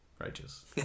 Righteous